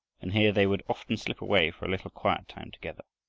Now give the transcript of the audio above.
and here they would often slip away for a little quiet time together.